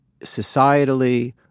societally